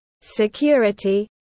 security